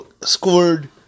scored